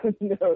No